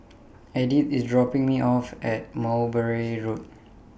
Edyth IS dropping Me off At Mowbray Road